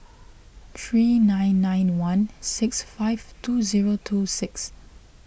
three nine nine one six five two zero two zero six